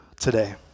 today